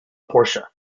porsche